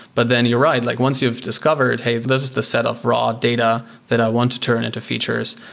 but then you're right. like once you've discovered, hey, this is the set of raw data that i want to turn into features.